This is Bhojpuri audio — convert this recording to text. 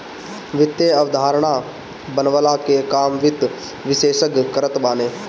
वित्तीय अवधारणा बनवला के काम वित्त विशेषज्ञ करत बाने